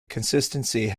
consistency